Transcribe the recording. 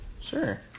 Sure